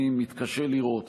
אני מתקשה לראות